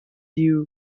you